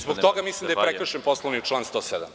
Zbog toga mislim da je prekršen Poslovnik, član 107.